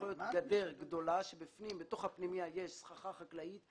יכול להיות גדר גדולה שבפנים בתוך הפנימייה יש סככה חקלאית,